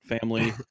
family